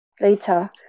Later